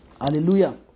hallelujah